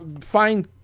fine